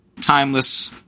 timeless